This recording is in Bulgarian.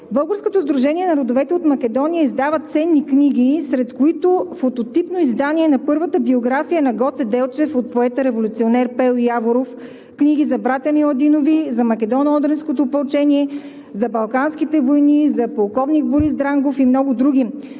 Българското сдружение на родовете от Македония издават ценни книги, сред които фототипно издание на първата биография на Гоце Делчев от поета-революционер Пейо Яворов, книги за братя Миладинови, за Македоно-одринското опълчение, за балканските войни, за полковник Борис Дрангов и много други.